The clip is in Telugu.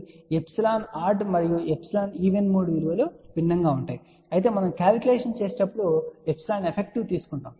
కాబట్టి ఎప్సిలాన్ ఆడ్ మోడ్ మరియు ఎప్సిలాన్ ఈవెన్ మోడ్ విలువలు భిన్నంగా ఉంటాయి అయితే మనం క్యాల్కులేషన్ చేసేటప్పుడు ఎప్సిలాన్ ఎఫెక్టివ్ తీసుకుంటాము